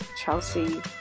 chelsea